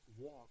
walk